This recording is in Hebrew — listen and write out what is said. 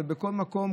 ובכל מקום,